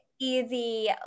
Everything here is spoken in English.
easy